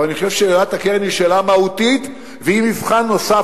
אבל אני חושב ששאלת הקרן היא שאלה מהותית והיא מבחן נוסף,